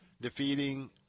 defeating